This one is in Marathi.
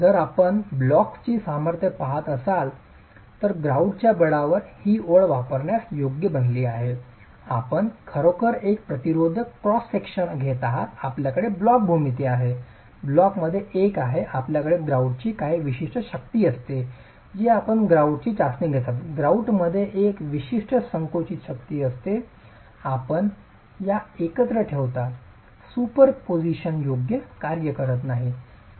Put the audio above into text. जर आपण ब्लॉकची सामर्थ्य वापरत असाल तर ग्रॉउटच्या बळावर ही ओळ आपणास योग्य बनली पाहिजे आपण खरोखर एक प्रतिरोधक क्रॉस सेक्शन घेत आहात आपल्याकडे ब्लॉक भूमिती आहे ब्लॉकमध्ये एक आहे आपल्याकडे ग्रॉउटची काही विशिष्ट शक्ती असते जी आपण ग्रउटची चाचणी घेतात ग्रउट मध्ये एक विशिष्ट संकुचित शक्ती असते आपण या एकत्र ठेवता सुपरपोजिशन योग्य कार्य करत नाही